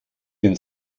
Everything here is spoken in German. den